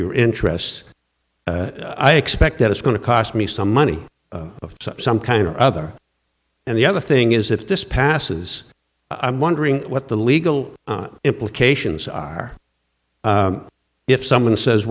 your interests i expect that it's going to cost me some money of some kind or other and the other thing is if this passes i'm wondering what the legal implications are if someone says